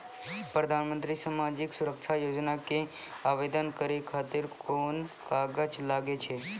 प्रधानमंत्री समाजिक सुरक्षा योजना के आवेदन करै खातिर कोन कागज लागै छै?